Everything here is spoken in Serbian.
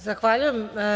Zahvaljujem.